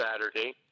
Saturday